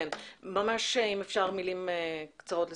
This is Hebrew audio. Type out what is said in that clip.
ממש אם אפשר מילים קצרות לסיכום,